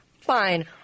Fine